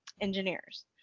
engineers